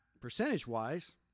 percentage-wise